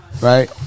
right